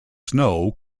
snow